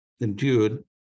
endured